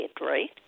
right